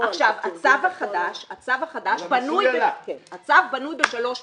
הצו החדש בשלוש פעימות.